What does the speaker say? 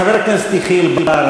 חבר הכנסת יחיאל בר,